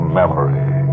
memory